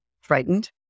frightened